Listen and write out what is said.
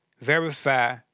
Verify